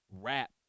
rap